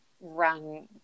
run